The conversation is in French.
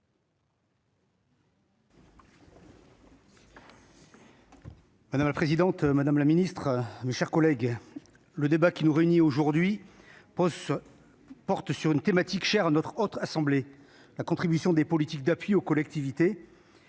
Madame la présidente, madame la ministre, mes chers collègues, le débat qui nous réunit aujourd'hui porte sur une thématique chère à la Haute Assemblée : la contribution des politiques d'appui aux collectivités